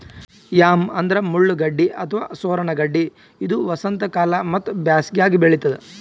yam ಅಂದ್ರ ಮುಳ್ಳಗಡ್ಡಿ ಅಥವಾ ಸೂರಣ ಗಡ್ಡಿ ಇದು ವಸಂತಕಾಲ ಮತ್ತ್ ಬ್ಯಾಸಿಗ್ಯಾಗ್ ಬೆಳಿತದ್